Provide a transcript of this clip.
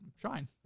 trying